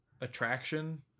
attraction